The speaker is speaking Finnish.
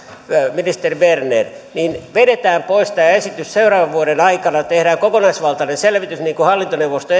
ministeri berner niin vedetään pois tämä esitys seuraavan vuoden aikana tehdään kokonaisvaltainen selvitys niin kuin hallintoneuvosto